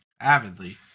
avidly